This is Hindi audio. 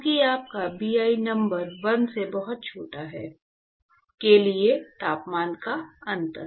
क्योंकि आपका Bi नंबर 1 से बहुत छोटा है के लिए तापमान का अंतर